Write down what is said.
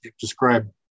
describe